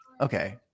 Okay